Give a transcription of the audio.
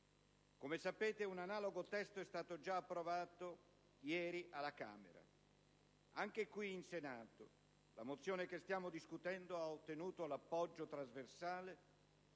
Come sapete, un analogo testo è stato già approvato ieri alla Camera dei deputati. Anche qui, in Senato, la mozione che stiamo discutendo ha ottenuto un appoggio trasversale,